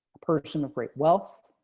person of great wealth.